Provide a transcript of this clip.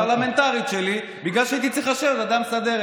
אדוני כבוד שר הפנים לשעבר הרב דרעי,